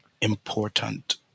important